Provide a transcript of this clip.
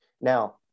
Now